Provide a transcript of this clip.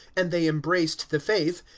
and they embraced the faith,